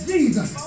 Jesus